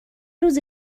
روز